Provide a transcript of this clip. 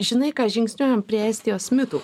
žinai ką žingsniuojam prie estijos mitų